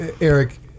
Eric